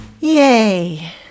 Yay